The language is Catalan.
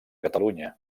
catalunya